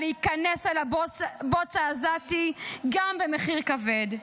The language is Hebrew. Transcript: להיכנס לבוץ העזתי גם במחיר כבד,